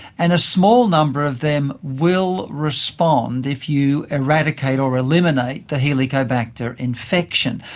and a small number of them will respond if you eradicate or eliminate the helicobacter infection.